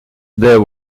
there